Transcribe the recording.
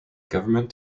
government